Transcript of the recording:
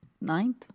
ninth